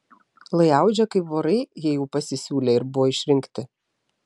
lai audžia kaip vorai jei jau pasisiūlė ir buvo išrinkti